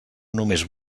només